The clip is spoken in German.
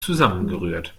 zusammengerührt